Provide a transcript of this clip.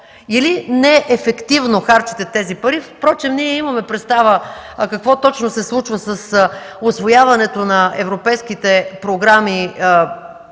Или неефективно харчите тези пари – впрочем ние имаме представа какво точно се случва с усвояването на европейските програми,